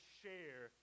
share